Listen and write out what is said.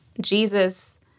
Jesus